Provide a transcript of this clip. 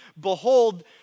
Behold